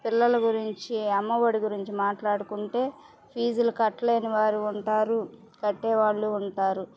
పిల్లల గురించి అమ్మఒడి గురించి మాట్లాడుకుంటే ఫీజులు కట్టలేని వారూ ఉంటారు కట్టేవాళ్ళు ఉంటారు